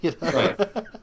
Right